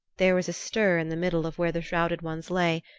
there was a stir in the middle of where the shrouded ones lay,